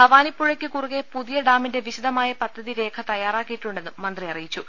ഭവാനി പുഴയ്ക്ക് കുറുകെ പുതിയ ഡാമിന്റെ വിശ്ദമായ പദ്ധതി രേഖ തയ്യാറാക്കിയിട്ടുണ്ടെന്നും മന്ത്രി അറി യിച്ചു